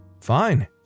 Fine